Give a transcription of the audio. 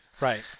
Right